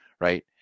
Right